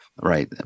right